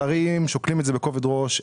השרים שוקלים את זה בכובד ראש,